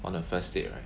on a first date right